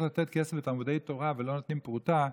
לתת כסף לתלמודי תורה ולא נותנים פרוטה,